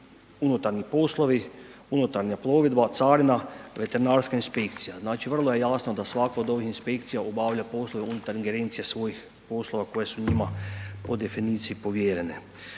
unutarnji poslovi, unutarnja plovidba, carina, veterinarska inspekcija, znači vrlo je jasno da svaka od ovih inspekcija obavlja poslove unutar ingerencije svojih poslova koje su njima po definiciji povjerene.